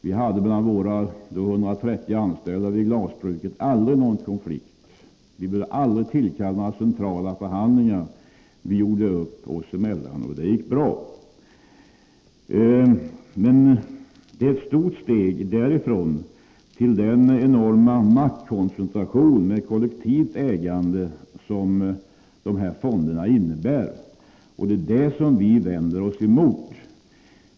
Vi hade bland våra då 130 anställda vid glasbruket aldrig någon konflikt. Vi behövde aldrig kalla till centrala förhandlingar. Vi gjorde upp oss emellan, och det gick bra. Men det är ett stort steg därifrån till den enorma maktkoncentration med kollektivt ägande som fonderna innebär, och det är det vi vänder oss emot.